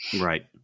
Right